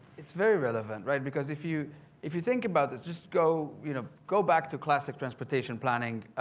it's very relevant, right? because if you if you think about this just go you know go back to classic transportation planning